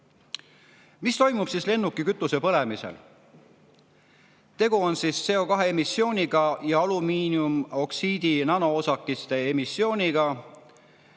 Mis toimub lennukikütuse põlemisel? Tegu on CO2emissiooniga ja alumiiniumoksiidi nanoosakeste emissiooniga.